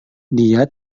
dia